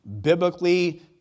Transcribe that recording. biblically